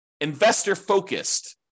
investor-focused